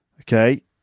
okay